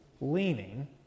leaning